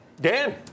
Dan